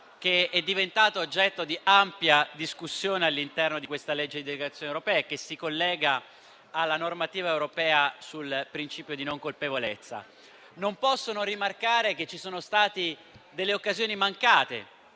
che è diventato oggetto di ampia discussione all'interno del presente disegno di legge, che si collega alla normativa europea sul principio di non colpevolezza. Non posso non rimarcare che ci sono state occasioni mancate